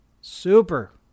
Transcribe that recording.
Super